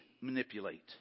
manipulate